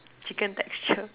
chicken texture